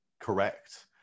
correct